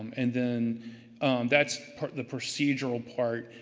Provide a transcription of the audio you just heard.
and then that's part of the procedural part.